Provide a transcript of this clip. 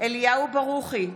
אליהו ברוכי,